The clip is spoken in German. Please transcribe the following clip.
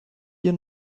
hier